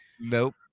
Nope